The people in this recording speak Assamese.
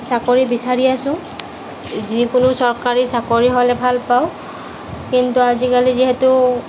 চাকৰি বিচাৰি আছোঁ যিকোনো চৰকাৰী চাকৰি হ'লে ভাল পাওঁ কিন্তু আজিকালি যিহেতু